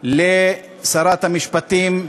לשרת המשפטים,